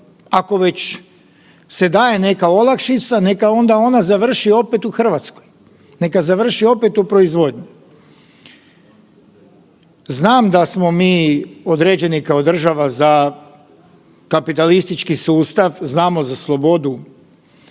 Ako već se daje neka olakšica neka onda ona završi opet u RH, neka završi opet u proizvodnji. Znam da smo mi određeni kao država za kapitalistički sustav, znamo za slobodu